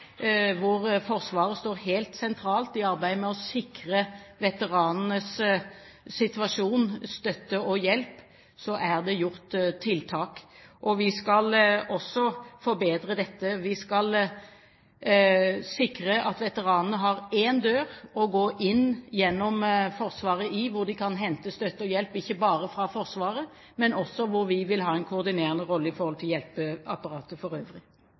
Forsvaret helt sentralt i arbeidet med å sikre veteranenes situasjon, gi støtte og hjelp, og vi skal også forbedre dette. Vi skal sikre at veteranene har én dør å gå inn gjennom i Forsvaret, hvor de kan hente støtte og hjelp – ikke bare fra Forsvaret, men også hvor vi vil ha en koordinerende rolle i forhold til hjelpeapparatet for øvrig.